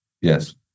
yes